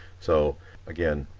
so again,